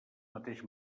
mateix